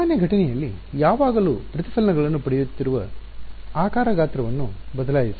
ಸಾಮಾನ್ಯ ಘಟನೆಯಲ್ಲಿ ಯಾವಾಗಲೂ ಪ್ರತಿಫಲನಗಳನ್ನು ಪಡೆಯುತ್ತಿರುವ ಆಕಾರ ಗಾತ್ರವನ್ನು shape size ಬದಲಾಯಿಸಿ